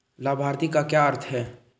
लाभार्थी का क्या अर्थ है?